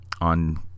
on